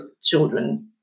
children